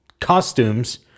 costumes